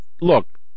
Look